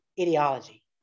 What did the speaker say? ideology